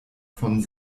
von